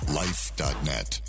life.net